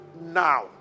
now